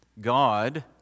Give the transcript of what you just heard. God